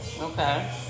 Okay